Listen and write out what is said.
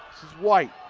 is white,